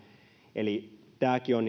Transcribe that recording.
tämäkin on